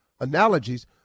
analogies